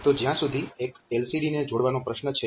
તો જ્યાં સુધી એક LCD ને જોડવાનો પ્રશ્ન છે